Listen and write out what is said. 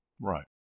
Right